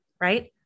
right